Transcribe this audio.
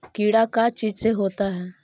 कीड़ा का चीज से होता है?